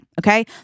Okay